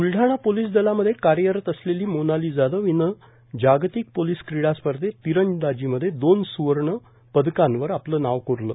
Buldhana police दलामध्ये कार्यरत असलेली मोनाली जाधव हिनं जागतिक पोलीस क्रीडा स्पर्धेत तिरंदाजीमध्ये दोन स्वर्ण आणि एका पदकावर नाव कोरलं